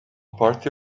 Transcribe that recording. party